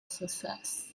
success